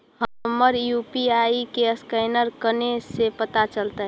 हमर यु.पी.आई के असकैनर कने से पता चलतै?